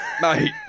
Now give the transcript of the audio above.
mate